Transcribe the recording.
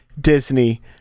Disney